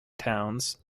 towns